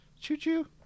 Choo-choo